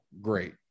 great